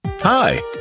Hi